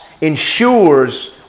ensures